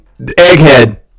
Egghead